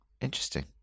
Interesting